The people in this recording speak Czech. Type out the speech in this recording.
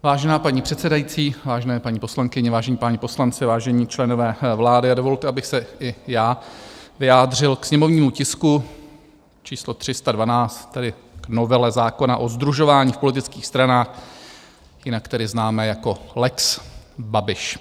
Vážená paní předsedající, vážené paní poslankyně, vážení páni poslanci, vážení členové vlády, dovolte, abych se i já vyjádřil k sněmovnímu tisku číslo 312, tedy k novele zákona o sdružování v politických stranách, jinak tedy známé jako lex Babiš.